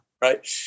right